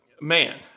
Man